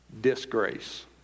disgrace